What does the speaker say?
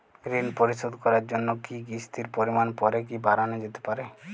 ঋন পরিশোধ করার জন্য কিসতির পরিমান পরে কি বারানো যেতে পারে?